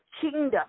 kingdom